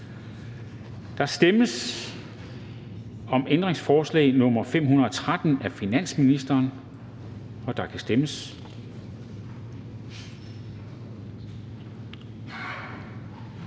Der stemmes om ændringsforslag nr. 751 af RV, og der kan stemmes.